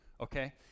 okay